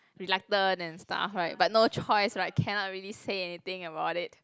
reluctant and stuff right but no choice right cannot really say anything about it